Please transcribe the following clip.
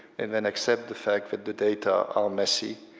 and then accept the fact that the data are messy,